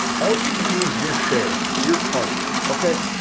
all you can do is your share your apart, okay,